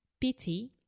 pity